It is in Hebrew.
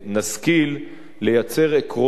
נשכיל לייצר עקרונות